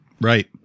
Right